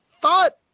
thought